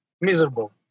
miserable